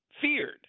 Feared